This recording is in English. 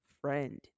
friend